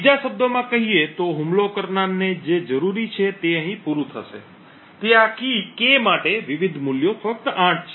બીજા શબ્દોમાં કહીએ તો હુમલો કરનારને જે જરૂરી છે તે અહીં પૂરું થશે તે આ કી K માટે વિવિધ મૂલ્યો ફક્ત 8 છે